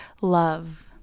love